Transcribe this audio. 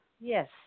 Yes